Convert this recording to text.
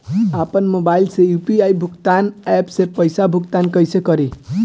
आपन मोबाइल से यू.पी.आई भुगतान ऐपसे पईसा भुगतान कइसे करि?